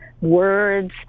words